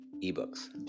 E-books